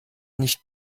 nicht